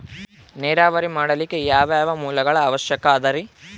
ನೇರಾವರಿ ಮಾಡಲಿಕ್ಕೆ ಯಾವ್ಯಾವ ಮೂಲಗಳ ಅವಶ್ಯಕ ಅದರಿ?